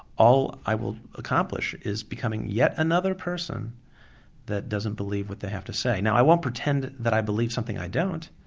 all i will accomplish is becoming yet another person that doesn't believe what they have to say. now i won't pretend that i believe something i don't,